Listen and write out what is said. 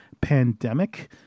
pandemic